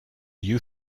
you